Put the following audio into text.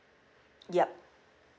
yup